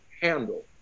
handle